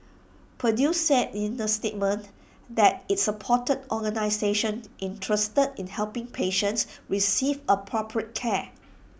purdue said in the statement that IT supported organisations interested in helping patients receive appropriate care